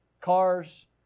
Cars